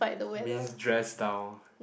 means dress down